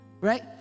Right